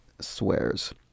swears